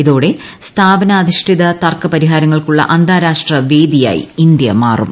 ഇതോടെ സ്ഥാപനാധിഷ്ഠിത തർക്ക പരിഹാരങ്ങൾക്കുള്ള അന്താരാഷ്ട്ര വേദിയായി ഇന്ത്യ മാറും